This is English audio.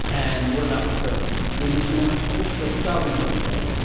and what about perth? are they missing out at all? because darwin went there.